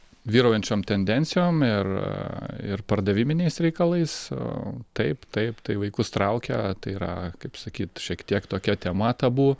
vyraujančiom tendencijom ir ir pardaviminiais reikalais taip taip tai vaikus traukia tai yra kaip sakyt šiek tiek tokia tema tabu